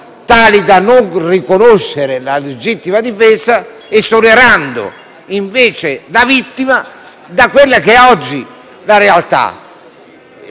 tali da non riconoscere la legittima difesa, esonerando invece la vittima da quella che è oggi la realtà.